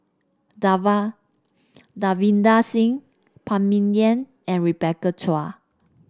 Davinder Singh Phan Ming Yen and Rebecca Chua